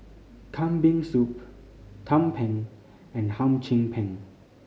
Kambing Soup tumpeng and Hum Chim Peng